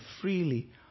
freely